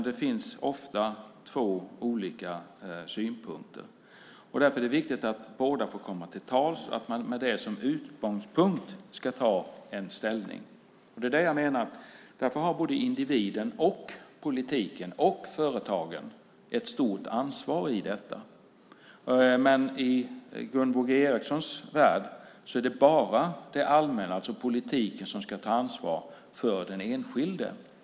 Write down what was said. Det finns ofta två olika synpunkter. Därför är det viktigt att båda får komma till tals och att man med det som utgångspunkt ska ta ställning. Därför har såväl individen som politiken och företagen ett stort ansvar. I Gunvor G Ericsons värld är det dock bara det allmänna, alltså politiken, som ska ta ansvar för den enskilde.